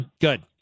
Good